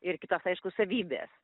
ir kitos aišku savybės